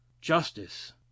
JUSTICE